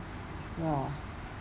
!wah!